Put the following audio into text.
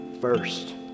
first